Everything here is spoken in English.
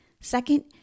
Second